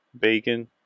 bacon